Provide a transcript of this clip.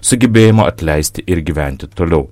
sugebėjimo atleisti ir gyventi toliau